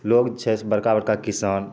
लोक जे छै से बड़का बड़का किसान